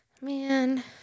Man